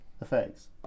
Effects